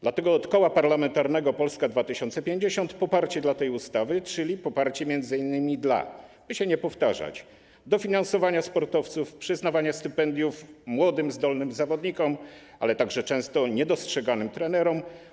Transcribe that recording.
Dlatego ze strony Koła Parlamentarnego Polska 2050 jest poparcie dla tej ustawy, czyli poparcie m.in. dla - by się nie powtarzać - dofinansowania sportowców, przyznawania stypendiów młodym, zdolnym zawodnikom, ale także często niedostrzeganym trenerom.